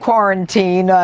quarantine,